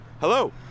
Hello